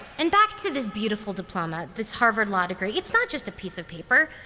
and back to this beautiful diploma, this harvard law degree, it's not just a piece of paper,